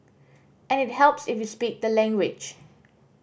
and it helps if you speak the language